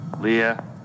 Leah